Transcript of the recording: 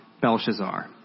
Belshazzar